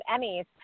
Emmys